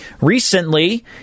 recently